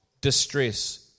distress